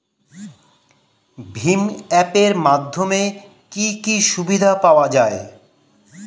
ভিম app এর মাধ্যমে কি কি সুবিধা পাওয়া যায়?